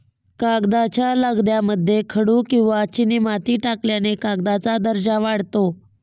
कागदाच्या लगद्यामध्ये खडू किंवा चिनीमाती टाकल्याने कागदाचा दर्जा वाढतो